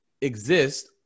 exist